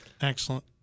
excellent